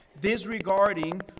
disregarding